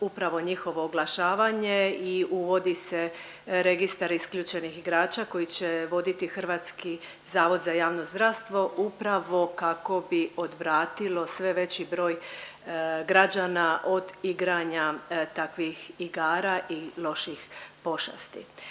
upravo njihovo oglašavanje i uvodi se registar isključenih igrača koji će voditi HZJZ upravo kako bi odvratilo sve veći broj građana od igranja takvih igara i loših pošasti.